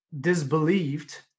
disbelieved